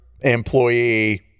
employee